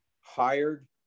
hired